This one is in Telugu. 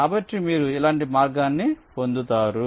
కాబట్టి మీరు ఇలాంటి మార్గాన్ని పొందుతారు